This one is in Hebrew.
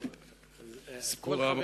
כל חבר